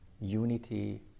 unity